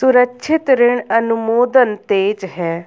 सुरक्षित ऋण अनुमोदन तेज है